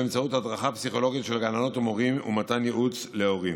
באמצעות הדרכה פסיכולוגית של גננות ומורים ומתן ייעוץ להורים.